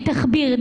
תחביר,